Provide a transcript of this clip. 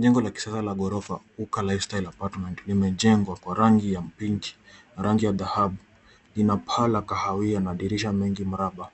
Jengo la kisasa la ghorofa Uka Lifestyle Apartment limejengwa kwa rangi ya pinki na rangi ya dhahabu. Lina paa kahawia na dirisha mengi mraba.